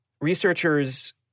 researchers